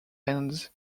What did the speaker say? hands